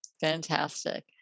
Fantastic